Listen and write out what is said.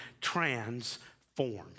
transformed